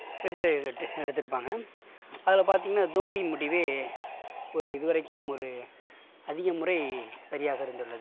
red எடுத்திருப்பாங்க அதில் பார்த்தீங்னா தோனியின் முடிவே ஒரு இது வரைக்கும் ஒரு அதிக முறை சரியாக இருந்துள்ளது